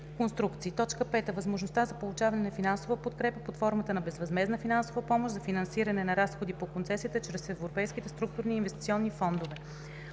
5. възможността за получаване на финансова подкрепа под формата на безвъзмездна финансова помощ за финансиране на разходи по концесията чрез Европейските структурни и инвестиционни фондове.